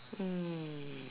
mm